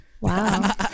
Wow